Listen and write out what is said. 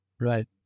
Right